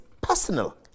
personal